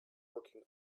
working